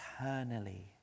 eternally